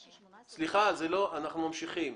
ממשיכים.